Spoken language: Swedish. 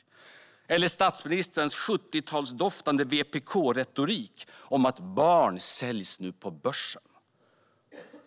Ett annat exempel är statsministerns 70-talsdoftande VPK-retorik om att "barn säljs på börsen".